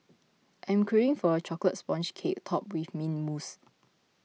I am craving for a Chocolate Sponge Cake Topped with Mint Mousse